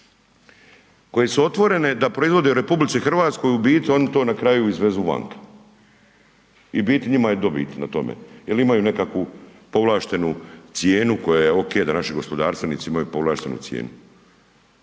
koje su otvorene da proizvode u RH, u biti oni to na kraju izvezu vanka. I u biti njima je dobit na tome jer imaju nekakvu povlaštenu cijenu koja je ok da naši gospodarstvenici imaju povlaštenu cijenu.